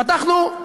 פתחנו,